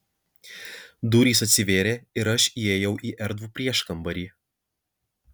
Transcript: durys atsivėrė ir aš įėjau į erdvų prieškambarį